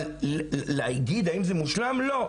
אבל להגיד האם זה מושלם - לא.